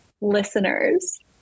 Listeners